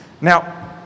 Now